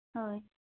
ᱦᱳᱭ